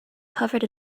covered